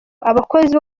abakozi